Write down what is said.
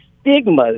stigmas